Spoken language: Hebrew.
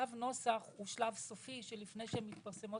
שלב הנוסח הוא השלב הסופי לפני שמתפרסמות